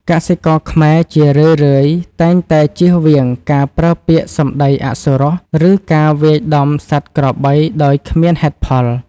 កសិករខ្មែរជារឿយៗតែងតែចៀសវាងការប្រើពាក្យសម្តីអសុរោះ ឬការវាយដំសត្វក្របីដោយគ្មានហេតុផល។